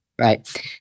Right